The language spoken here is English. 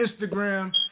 Instagram